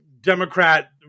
Democrat